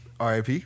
RIP